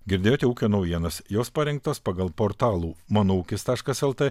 girdėjote ūkio naujienas jos parinktos pagal portalų mano ūkis taškas lt